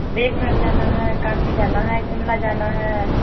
देवघर जाना है काशी जाना है शिमला जाना है